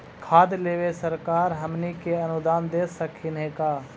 खाद लेबे सरकार हमनी के अनुदान दे सकखिन हे का?